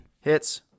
Hits